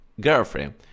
girlfriend